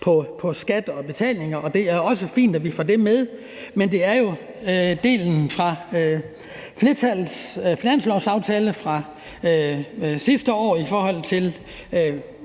på skat og betalinger. Det er også fint, at vi får det med, men det største element er jo delen fra flertallets finanslovsaftale fra sidste år i forhold til